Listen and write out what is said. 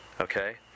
okay